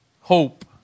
Hope